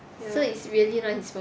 so it's really not his phone